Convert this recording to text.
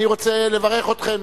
אני רוצה לברך אתכם.